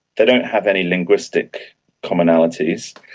they don't have any linguistic commonalities.